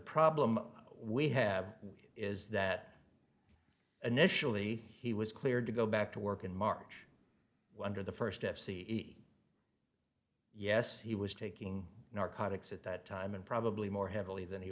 problem we have is that initially he was cleared to go back to work in march under the first yes he was taking narcotics at that time and probably more heavily than he